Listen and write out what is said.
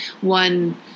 one